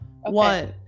one